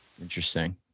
Interesting